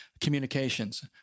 communications